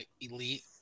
Elite